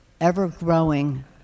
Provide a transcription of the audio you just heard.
Ever-growing